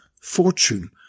fortune